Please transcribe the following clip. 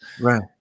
Right